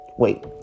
Wait